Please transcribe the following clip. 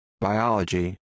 Biology